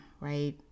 right